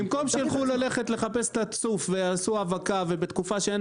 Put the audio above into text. במקום שילכו ללכת לחפש את הצוף ויעשו האבקה ובתקופה שאין